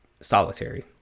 solitary